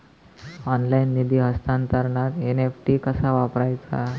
Online निधी हस्तांतरणाक NEFT कसा वापरायचा?